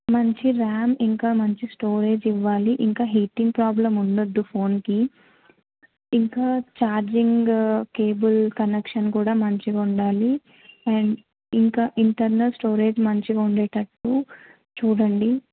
మంచి ర్యామ్ ఇంకా మంచి స్టోరేజ్ ఇవ్వాలి ఇంకా హీటింగ్ ప్రాబ్లమ్ ఉండద్దు ఫోన్కి ఇంకా ఛార్జింగ్ కేబుల్ కనక్షన్ కూడా మంచింగుండాలి అండ్ ఇంకా ఇంటర్నల్ స్టోరేజ్ మంచిగా ఉండేటట్టు చూడండి